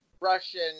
Russian